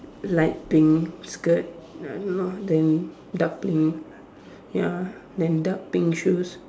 light pink skirt uh not then dark pink ya then dark pink shoes